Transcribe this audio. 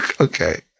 Okay